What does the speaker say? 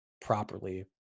properly